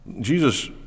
Jesus